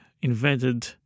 invented